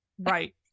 right